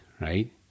right